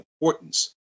importance